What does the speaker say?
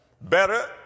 Better